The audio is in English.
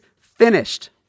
finished